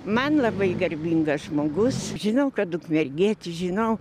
man labai garbingas žmogus žinau kad ukmergietis žinau